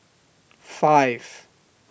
five